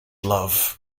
love